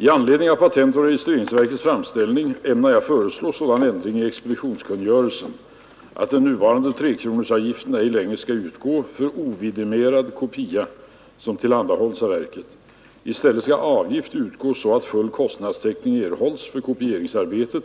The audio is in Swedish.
I anledning av patentoch registreringsverkets framställning ämnar jag föreslå sådan ändring i expeditionskungörelsen att den nuvarande trekronorsavgiften ej längre skall utgå för ovidimerad kopia som tillhandahålls av verket. I stället skall avgift utgå så att full kostnadstäckning erhålls för kopieringsarbetet,